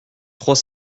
trois